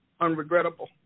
unregrettable